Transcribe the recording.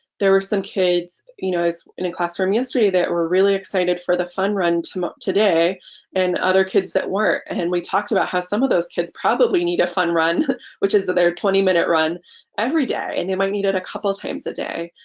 there were some kids you know in a classroom yesterday that were really excited for the fun run today and other kids that weren't and we talked about how some of those kids probably need a fun run which is that their twenty minute run every day and they might need it a couple of times a day.